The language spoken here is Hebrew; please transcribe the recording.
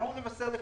בין 2004